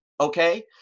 Okay